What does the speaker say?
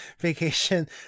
vacation